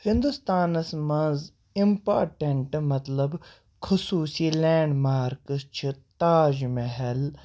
ہِنٛدوستانَس منٛز اِمپاٹَنٛٹہٕ مطلب خوٚصوٗصی لینٛڈ مارکٕس چھِ تاج محل